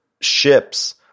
ships